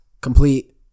complete